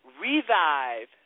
revive